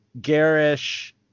garish